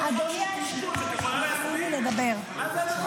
-- אני אתמוך בחוק ההשתמטות -- חוק